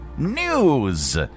news